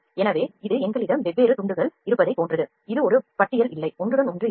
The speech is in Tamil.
எனவே இது எங்களிடம் வெவ்வேறு துண்டுகள் இருப்பதைப் போன்றது இது ஒரு பட்டியல் இல்லை ஒன்றுடன் ஒன்று இல்லை